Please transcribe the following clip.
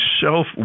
self